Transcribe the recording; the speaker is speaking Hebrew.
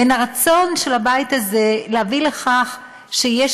בין הרצון של הבית הזה להביא לכך שיהיה